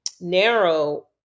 narrow